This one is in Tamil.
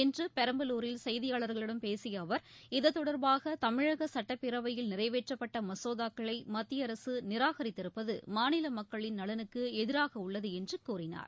இன்று பெரம்பலூரில் செய்தியாளர்களிடம் பேசிய அவர் இத்தொடர்பாக தமிழக சட்டப்பேரவையில் நிறைவேற்றப்பட்ட மசோதாக்களை மத்திய அரசு நிராகரித்திருப்பது மாநில மக்களின் நலனுக்கு எதிராக உள்ளது என்று கூறினார்